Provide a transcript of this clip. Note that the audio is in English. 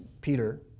Peter